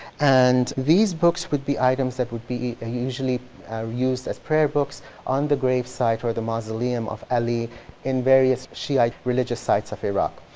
and these books would be items that would be ah usually used as prayer books on the gravesite or the mausoleum of ali in various shiite religious sites of iraq.